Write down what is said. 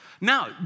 Now